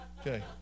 Okay